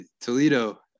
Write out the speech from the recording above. Toledo